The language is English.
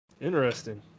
interesting